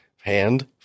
hand